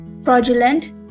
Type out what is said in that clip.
fraudulent